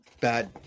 bad